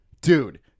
Dude